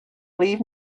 leave